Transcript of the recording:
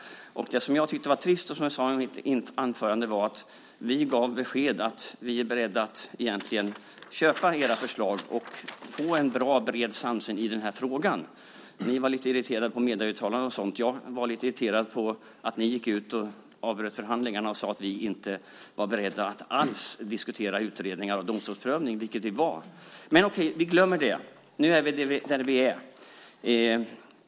Som jag sade i mitt huvudanförande gav vi beskedet att vi egentligen var beredda att köpa era förslag för att få en bra och bred samsyn i frågan. Ni var lite irriterade över medieuttalanden och sådant. Jag var lite irriterad över att ni gick ut och avbröt förhandlingarna och sade att vi inte var beredda att alls diskutera utredningar och domstolsprövning, vilket vi dock var. Men okej, vi glömmer det. Nu är vi där vi är.